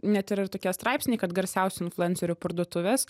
net yra ir tokie straipsniai kad garsiausių influencerių parduotuvės